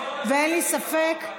ואין לי ספק,